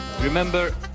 Remember